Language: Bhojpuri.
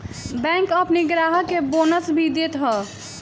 बैंक अपनी ग्राहक के बोनस भी देत हअ